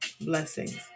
Blessings